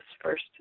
first